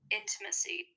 intimacy